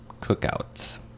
cookouts